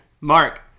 mark